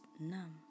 numb